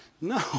No